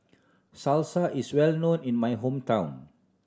salsa is well known in my hometown